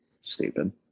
Stupid